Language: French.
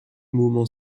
mouvement